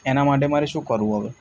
એના માટે મારે શું કરવું હવે